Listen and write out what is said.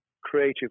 creative